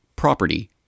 Property